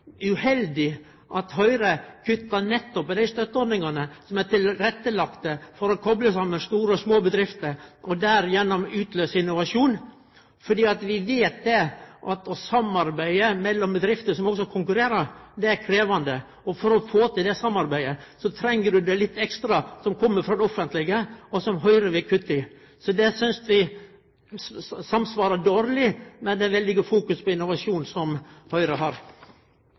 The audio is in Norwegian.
uheldig at Høgre kuttar nettopp i dei støtteordningane som legg til rette for å kunne kople saman store og små bedrifter og gjennom det utløyse innovasjon. Vi veit at samarbeid mellom bedrifter som også konkurrerer, er krevjande. For å få til eit slikt samarbeid treng ein det litt ekstra som kjem frå det offentlege, og som Høgre vil kutte i. Det synest eg samsvarar dårleg med å fokusere veldig på innovasjon, som